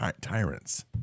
tyrants